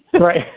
right